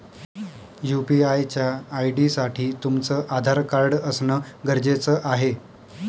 UPI च्या ID साठी तुमचं आधार कार्ड असण गरजेच आहे